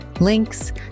links